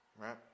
Right